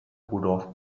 rudolf